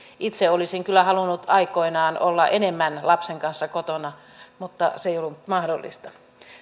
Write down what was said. itse olisin kyllä halunnut aikoinaan olla enemmän lapsen kanssa kotona mutta se ei ollut mahdollista